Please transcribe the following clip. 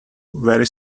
very